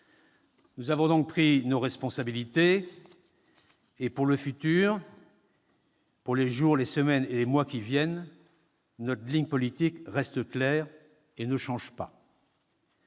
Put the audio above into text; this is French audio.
Nous avons donc pris nos responsabilités et, pour le futur, pour les jours, les semaines et les mois qui viennent, notre ligne politique reste claire et ne change pas.